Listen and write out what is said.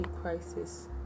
crisis